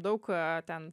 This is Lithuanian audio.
daug ką ten